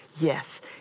yes